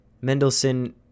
Mendelssohn